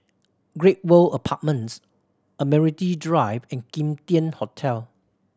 Great World Apartments Admiralty Drive and Kim Tian Hotel